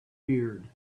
beard